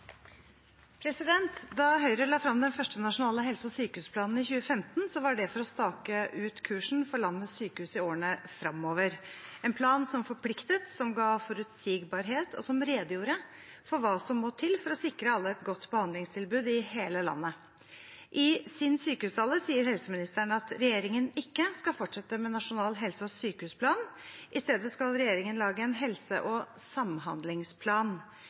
sykehusplanen i 2015, var det for å stake ut kursen for landets sykehus i årene fremover – en plan som forpliktet, som gav forutsigbarhet og som redegjorde for hva som må til for å sikre alle et godt behandlingstilbud i hele landet. I sykehustalen sier helseministeren at regjeringen ikke skal fortsette med nasjonal helse- og sykehusplan. I stedet skal regjeringen lage en helse- og samhandlingsplan.